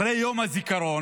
יומיים אחרי יום הזיכרון